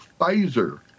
Pfizer